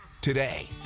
today